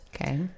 Okay